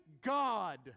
God